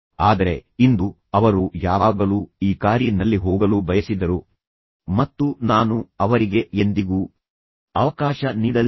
ಆದರೆ ಇಂದು ಅವರು ಯಾವಾಗಲೂ ಈ ಕಾರಿ ನಲ್ಲಿ ಹೋಗಲು ಬಯಸಿದ್ದರು ಮತ್ತು ನಾನು ಅವರಿಗೆ ಎಂದಿಗೂ ಅವಕಾಶ ನೀಡಲಿಲ್ಲ